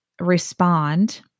respond